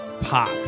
pop